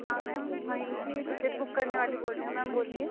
हाँ मैम वहीं की टिकेट बुक करने वाली बोल रही हूँ मैम बोलिए